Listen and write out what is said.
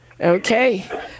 Okay